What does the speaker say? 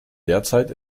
derzeit